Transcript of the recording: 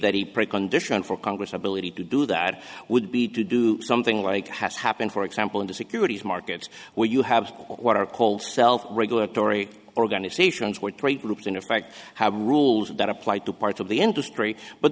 that he precondition for congress ability to do that would be to do something like has happened for example in the securities markets where you have what are called self regulatory organizations where trade groups in effect have rules that apply to parts of the industry but